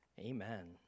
Amen